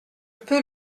peux